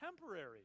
temporary